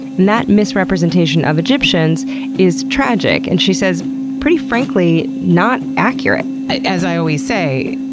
that misrepresentation of egyptians is tragic and she says, pretty frankly, not accurate. as i always say,